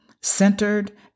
centered